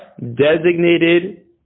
designated